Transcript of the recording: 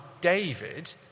David